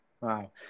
Wow